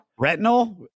Retinol